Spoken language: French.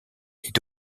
est